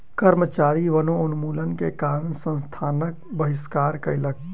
कर्मचारी वनोन्मूलन के कारण संस्थानक बहिष्कार कयलक